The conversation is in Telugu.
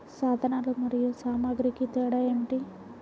సాధనాలు మరియు సామాగ్రికి తేడా ఏమిటి?